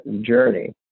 journey